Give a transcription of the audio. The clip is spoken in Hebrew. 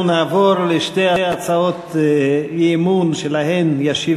אנחנו נעבור לשתי הצעות אי-אמון שעליהן ישיב